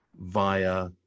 via